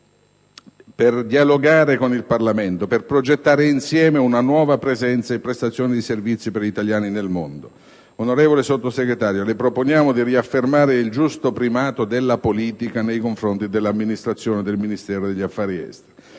di dialogare con il Parlamento per progettare insieme una nuova presenza e prestazioni di servizi per gli italiani nel mondo. Le proponiamo di riaffermare il giusto primato della politica nei confronti dell'amministrazione del Ministero degli affari esteri: